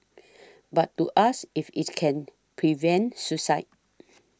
but to ask if it can prevent suicide